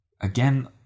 again